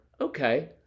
okay